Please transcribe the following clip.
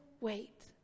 wait